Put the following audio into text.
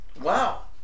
wow